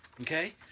okay